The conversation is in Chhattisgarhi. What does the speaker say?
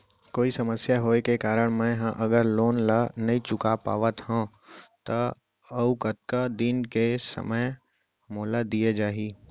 कोई समस्या होये के कारण मैं हा अगर लोन ला नही चुका पाहव त अऊ कतका दिन में समय मोल दीये जाही?